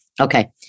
Okay